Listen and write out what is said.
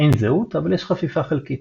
אין זהות אבל יש חפיפה חלקית.